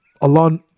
Allah